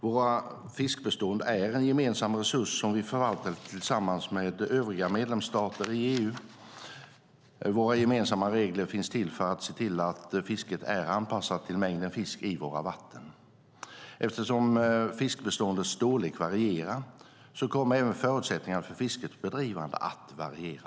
Våra fiskbestånd är en gemensam resurs som vi förvaltar tillsammans med övriga medlemsstater i EU. Våra gemensamma regler finns till för att se till att fisket är anpassat till mängden fisk i våra vatten. Eftersom fiskbeståndens storlek varierar kommer även förutsättningarna för fiskets bedrivande att variera.